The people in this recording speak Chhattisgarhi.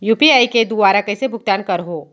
यू.पी.आई के दुवारा कइसे भुगतान करहों?